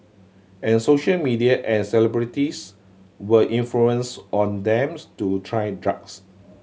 and social media and celebrities were influence on them to try drugs